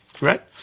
Right